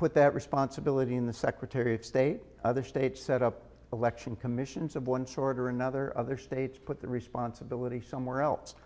put that responsibility in the secretary of state other states set up election commissions of one sort or another of their states put the responsibility somewhere else